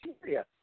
criteria